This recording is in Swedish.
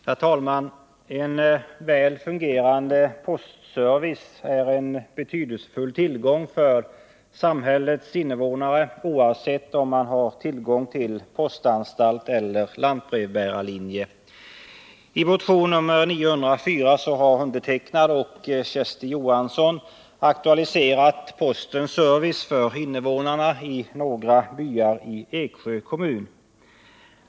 Herr talman! En väl fungerande postservice är en betydelsefull tillgång för samhällets invånare, oavsett om man har tillgång till postanstalt eller lantbrevbärarlinje. I motion nr 904 har jag och Kersti Johansson aktualiserat postens service för invånarna i några byar i Eksjö kommun.